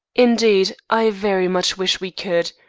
indeed, i very much wish we could.